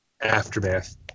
aftermath